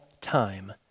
time